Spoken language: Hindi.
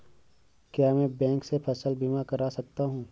क्या मैं बैंक से फसल बीमा करा सकता हूँ?